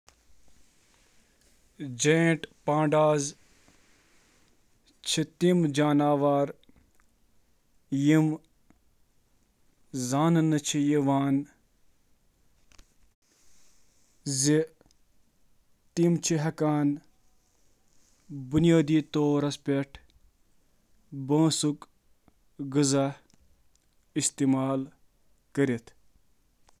بٔڑۍ پانڈا تہٕ کوالا چھِ جانور یِم غذا کھٮ۪نہٕ خٲطرٕ زاننہٕ چھِ یِوان یُس بنیٲدی طور پٲٹھۍ بانٛسس پٮ۪ٹھ مشتمل چھُ۔ تِم چُھ بڑِمتِس ہژِس ٲڈجن منز اثر تراوان تہٕ زیادٕہ کھپت چُھ ۔